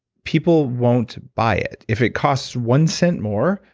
people won't buy it. if it costs one cent more,